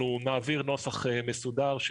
אנחנו נעביר נוסח מסודר,